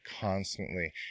constantly